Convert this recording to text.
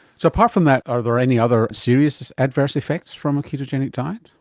so apart from that, are there any other serious adverse effects from a ketogenic diet?